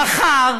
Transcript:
מחר